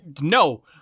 No